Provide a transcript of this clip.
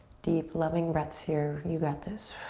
deep, loving breaths here, you got this.